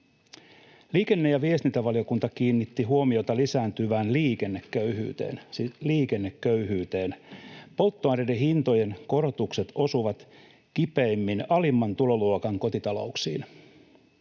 Liikenne- ja viestintävaliokunta kiinnitti huomiota lisääntyvään liikenneköyhyyteen — siis liikenneköyhyyteen. Polttoaineiden hintojen korotukset osuvat kipeimmin alimman tuloluokan kotitalouksiin,